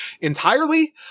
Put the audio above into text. entirely